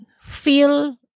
feel